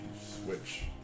switch